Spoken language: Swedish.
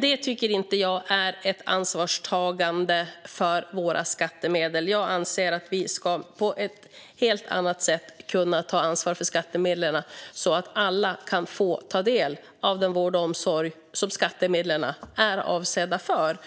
Detta, tycker jag, visar inte på ansvarstagande för våra skattemedel. Jag anser att vi på ett helt annat sätt ska kunna ta ansvar för skattemedlen så att alla kan få ta del av den vård och omsorg som medlen är avsedda för.